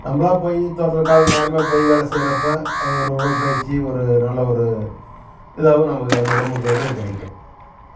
நம்மளாப் போய் தோட்டத்தில் கால நேரமே போய் வேலை செய்கிறப்ப அது ஒரு உடற்பயிற்சி ஒரு நல்ல ஒரு இதாகவும் நமக்கு நம்ம உடம்புக்கு வந்து கிடைக்கும்